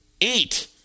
eight